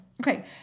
Okay